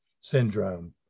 syndrome